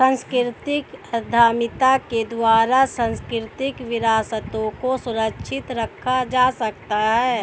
सांस्कृतिक उद्यमिता के द्वारा सांस्कृतिक विरासतों को सुरक्षित रखा जा सकता है